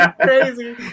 crazy